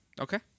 Okay